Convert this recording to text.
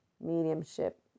mediumship